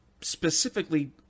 specifically